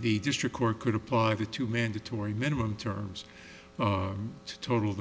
the district court could apply it to mandatory minimum terms to total the